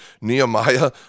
Nehemiah